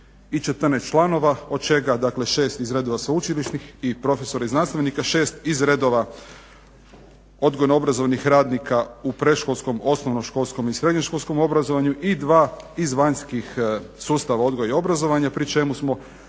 i 14 članova, od čega dakle 6 iz redova sveučilišnih profesora i znanstvenika, 6 iz redova odgojno-obrazovnih radnika u predškolskom, osnovnoškolskom i srednjoškolskom obrazovanju i 2 iz vanjskih sustava odgoja i obrazovanja pri čemu se